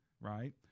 right